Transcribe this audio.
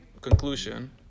conclusion